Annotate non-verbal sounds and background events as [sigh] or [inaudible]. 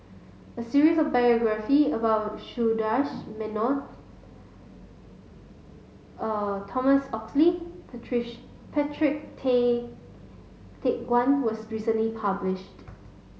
a series of biography about Sundaresh Menon [hesitation] Thomas Oxley [unintelligible] Patrick Tay Teck Guan was recently published